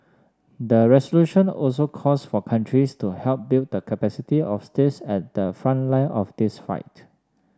the resolution also calls for countries to help build the capacity of states at the front line of this fight